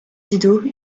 didot